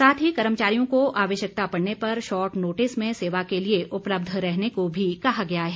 साथ ही कर्मचारियों को आवश्यकता पड़ने पर शॉर्ट नोटिस में सेवा के लिए उपलब्ध रहने को भी कहा गया है